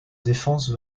défense